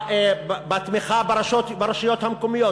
בתמיכה ברשויות המקומיות.